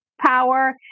power